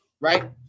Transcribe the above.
Right